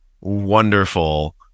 wonderful